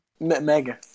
Mega